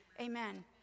Amen